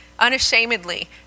unashamedly